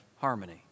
harmony